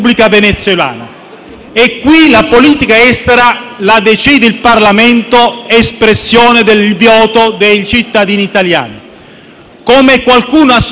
e qui la politica estera la decide il Parlamento, espressione del voto dei cittadini italiani. Come qualcuno ha sottolineato